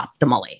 optimally